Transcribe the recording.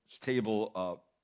table